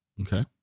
Okay